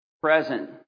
present